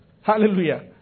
Hallelujah